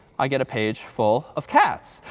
i get a page full of cats.